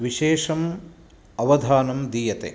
विशेषम् अवधानं दीयते